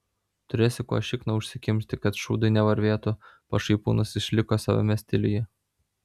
turėsi kuo šikną užsikimšti kad šūdai nevarvėtų pašaipūnas išliko savame stiliuje